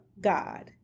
God